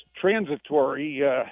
transitory